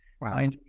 Wow